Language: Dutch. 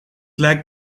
lijkt